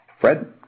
Fred